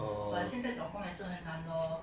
but 现在找工也是很难 lor